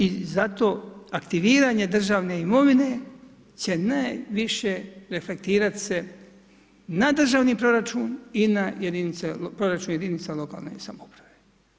I zato aktiviranje državne imovine će najviše reflektirat se na državni proračun i na proračun jedinica lokalne samouprave.